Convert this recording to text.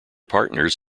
partners